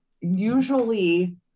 usually